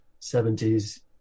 70s